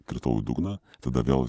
kritau į dugną tada vėl